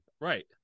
Right